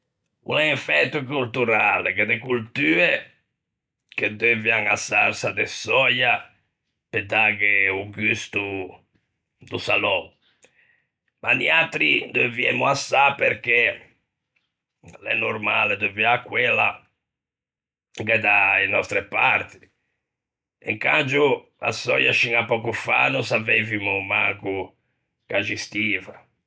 O l'é un fæto colturale, gh'é de coltue che deuvian a sarsa de söia pe dâghe o gusto do salou, ma niatri incangio deuviemmo a sâ, perché l'é normale deuviâ quella, gh'é quella da-e nòstre parti, e incangio a söia scin à pöco fa no saveivimo manco che existiva.